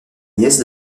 nièce